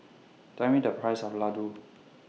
Tell Me The Price of Laddu